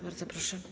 Bardzo proszę.